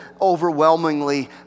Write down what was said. overwhelmingly